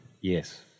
Yes